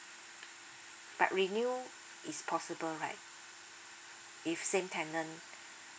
but renew is possible right if same tenant